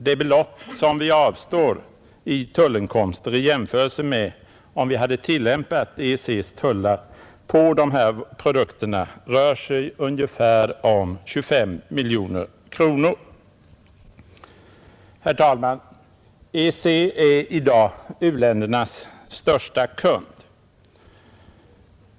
Det belopp som vi avstår i tullinkomster i jämförelse med om vi hade tillämpat EEC :s tullar på tropiska produkter rör sig om ungefär 25 miljoner kronor. Herr talman! EEC är i dag u-ländernas största kund.